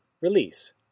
release